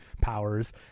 powers